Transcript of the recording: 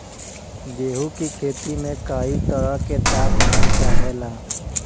गेहू की खेती में कयी तरह के ताप मान चाहे ला